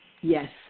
Yes